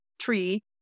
tree